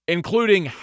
including